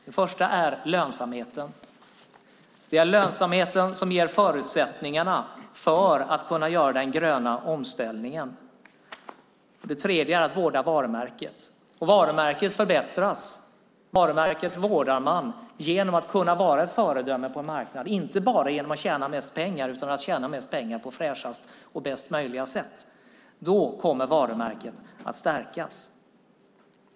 Den första är lönsamheten. Det är lönsamheten som ger förutsättningarna för att kunna göra den gröna omställningen, som är den andra. Den tredje uppgiften är att vårda varumärket. Varumärket vårdar man genom att vara ett föredöme på marknaden inte bara genom att tjäna mest pengar utan genom att tjäna mest pengar på fräschaste och bästa möjliga sätt. Då kommer varumärket att stärkas.